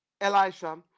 Elisha